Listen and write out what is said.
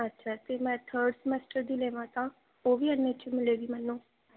ਅੱਛਾ ਫਿਰ ਮੈਂ ਥਰਡ ਸਮੈਸਟਰ ਦੀ ਲੇਵਾਂ ਤਾਂ ਉਹ ਵੀ ਇੰਨੇ 'ਚ ਮਿਲੇਗੀ ਮੈਨੂੰ